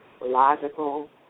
logical